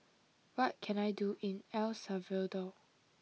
what can I do in El Salvador